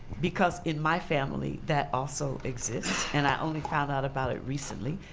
because in my family that also exists, and i only found out about it recently.